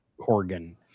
Corgan